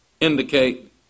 indicate